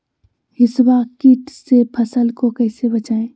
हिसबा किट से फसल को कैसे बचाए?